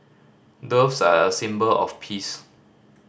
doves are a symbol of peace